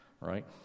Right